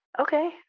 Okay